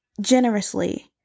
generously